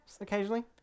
occasionally